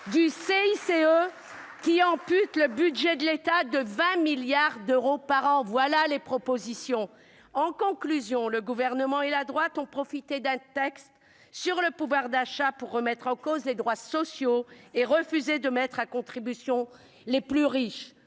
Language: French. (CICE), qui ampute le budget de l'État de 20 milliards d'euros par an. En conclusion, le Gouvernement et la droite ont profité d'un texte sur le pouvoir d'achat pour remettre en cause les droits sociaux et refuser de mettre à contribution les plus riches